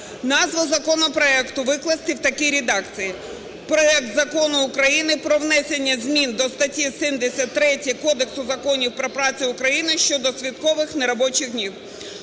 Назву законопроекту викласти у такій редакції: проект Закону України "Про внесення змін до статті 73 Кодексу законів про працю України" щодо святкових і неробочих днів.